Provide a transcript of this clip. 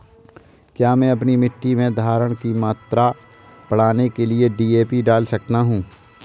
क्या मैं अपनी मिट्टी में धारण की मात्रा बढ़ाने के लिए डी.ए.पी डाल सकता हूँ?